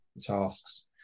tasks